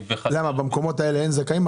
במקומות האלה אין זכאים?